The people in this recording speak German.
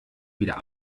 wieder